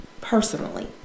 personally